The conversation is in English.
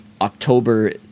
October